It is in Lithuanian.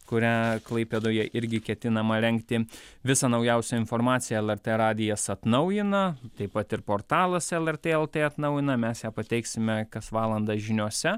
kurią klaipėdoje irgi ketinama rengti visą naujausią informaciją lrt radijas atnaujina taip pat ir portalas lrt lt atnaujina mes ją pateiksime kas valandą žiniose